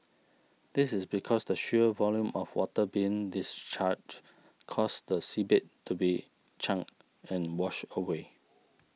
this is because the sheer volume of water being discharged causes the seabed to be churned and washed away